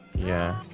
yeah